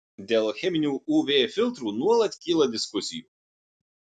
dėl cheminių uv filtrų nuolat kyla diskusijų